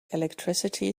electricity